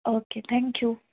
okay thank you